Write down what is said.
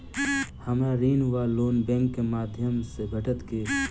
हमरा ऋण वा लोन बैंक केँ माध्यम सँ भेटत की?